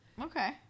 okay